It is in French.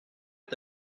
est